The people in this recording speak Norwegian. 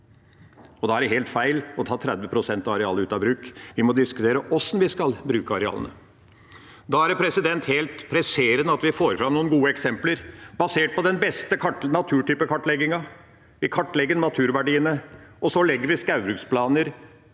Da er det helt feil å ta 30 pst. av arealet ut av bruk. Vi må diskutere hvordan vi skal bruke arealene. Da er det helt presserende at vi får fram noen gode eksempler, basert på den beste naturtypekartleggingen. Vi kartlegger naturverdiene, og så legger vi skaubruksplaner